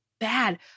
bad